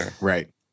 right